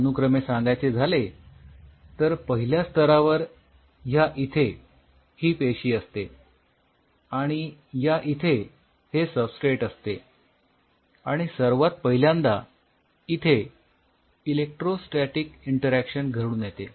अनुक्रमे सांगायचे झाले तर पहिल्या स्तरावर ह्या इथे ही पेशी असते आणि या इथे हे सबस्ट्रेट असते आणि सर्वात पहिल्यांदा इथे इलेक्ट्रोस्टॅटीक इंटरॅक्शन घडून येते